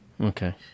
Okay